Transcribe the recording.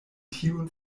tiun